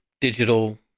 Digital